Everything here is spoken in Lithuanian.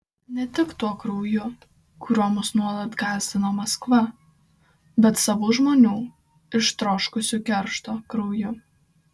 ne tik tuo krauju kuriuo mus nuolat gąsdino maskva bet savų žmonių ištroškusių keršto krauju